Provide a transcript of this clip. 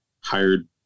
hired